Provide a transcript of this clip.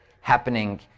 happening